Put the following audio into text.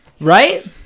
Right